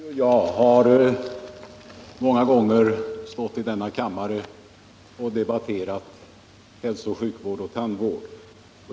Herr talman! Herr Ringaby och jag har många gånger stått i denna kammare och debatterat hälsooch sjukvård och tandvård.